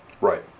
Right